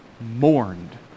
mourned